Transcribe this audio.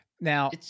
Now-